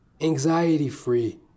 anxiety-free